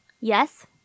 Yes